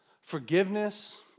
Forgiveness